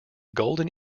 golden